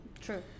True